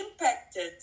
impacted